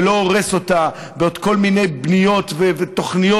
ולא הורס אותה בעוד כל מיני בניות ותוכניות